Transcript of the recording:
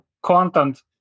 content